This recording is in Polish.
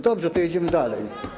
Dobrze, to jedziemy dalej.